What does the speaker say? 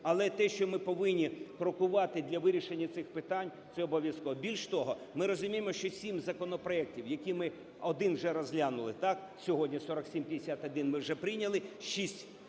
Але те, що ми повинні крокувати для вирішення цих питань, це обов'язково. Більше того, ми розуміємо що сім законопроектів, які ми, один вже розглянули, так, сьогодні 4751 ми вже прийняли,